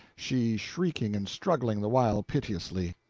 she shrieking and struggling the while piteously.